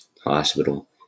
hospital